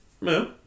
No